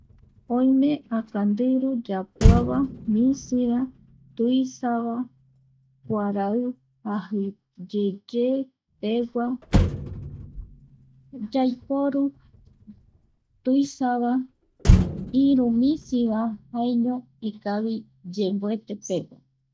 Oime akandiru yapuava, misiva, tusavae, kuarai jaji yeye pegua, (pausa) yaiporu tuisa va, iru misiva jaeño ikavi yemboetepegua.